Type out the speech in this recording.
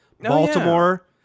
Baltimore